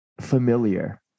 familiar